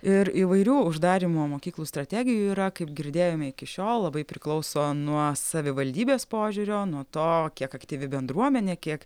ir įvairių uždarymo mokyklų strategijų yra kaip girdėjome iki šiol labai priklauso nuo savivaldybės požiūrio nuo to kiek aktyvi bendruomenė kiek